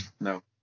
no